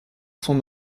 son